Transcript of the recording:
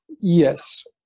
Yes